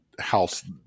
house